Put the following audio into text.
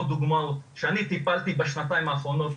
דוגמאות שאני טיפלתי בהם בשנתיים האחרונות,